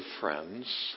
friends